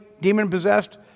demon-possessed